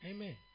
Amen